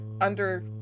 under-